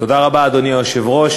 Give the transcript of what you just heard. תודה רבה, אדוני היושב-ראש.